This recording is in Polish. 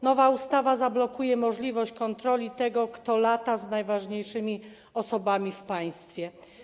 Nowa ustawa zablokuje możliwość kontroli tego, kto lata z najważniejszymi osobami w państwie.